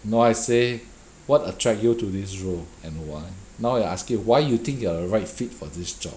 no I say what attract you to this role and why now I you ask you why you think you are a right fit for this job